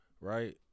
right